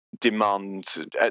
demand